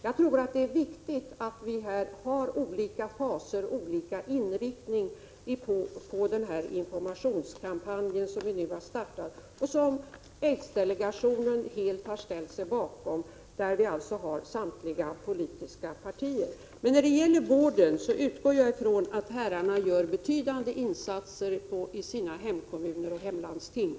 Jag tycker att det är viktigt att vi i olika faser har olika inriktning på den informationskampanj som nu har startat och som aidsdelegationen helt har ställt sig bakom. I den delegationen finns samtliga politiska partier företrädda. När det gäller vården utgår jag från att herrarna gör betydande insatser i sina hemkommuner och hemlandsting.